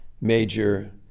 major